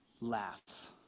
laughs